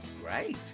Great